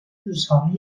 日常